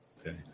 Okay